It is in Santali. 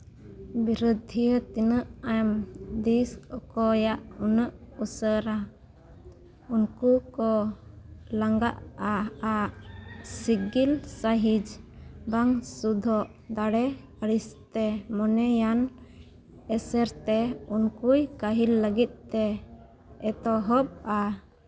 ᱵᱤᱨᱟᱹᱫᱷᱤᱭᱟᱹ ᱛᱤᱱᱟᱹᱜ ᱮᱢ ᱫᱤᱥ ᱚᱠᱚᱭᱟᱜ ᱩᱱᱟᱹᱜ ᱩᱥᱟᱹᱨᱟ ᱩᱱᱠᱩ ᱠᱚ ᱞᱟᱸᱜᱟᱜᱼᱟ ᱟᱨ ᱥᱤᱸᱜᱤᱞ ᱥᱟᱺᱦᱤᱡᱽ ᱵᱟᱝ ᱥᱩᱫᱷᱚᱜ ᱫᱟᱲᱮ ᱟᱹᱲᱤᱥ ᱛᱮ ᱢᱚᱱᱮᱭᱟᱱ ᱮᱥᱮᱨ ᱛᱮ ᱩᱱᱠᱩᱭ ᱠᱟᱹᱦᱤᱞ ᱞᱟᱹᱜᱤᱫ ᱛᱮ ᱮᱛᱚᱦᱚᱵᱼᱟ